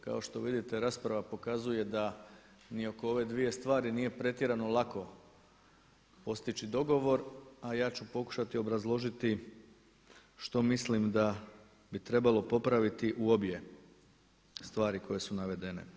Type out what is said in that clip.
Kao što vidite rasprava pokazuje da ni oko ove dvije stvari nije pretjerano lako postići dogovor a ja ću pokušati obrazložiti što mislim da bi trebalo popraviti u obje stvari koje su navedene.